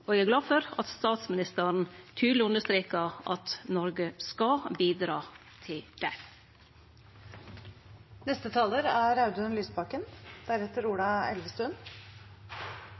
Og eg er glad for at statsministeren tydeleg understreka at Noreg skal bidra til det.